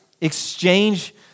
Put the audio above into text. exchange